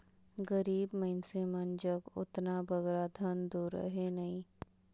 गरीब मइनसे मन जग ओतना बगरा धन दो रहें नई